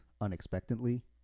unexpectedly